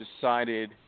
decided